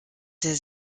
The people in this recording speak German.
der